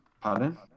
Pardon